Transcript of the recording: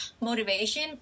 motivation